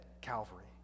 Calvary